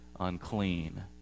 unclean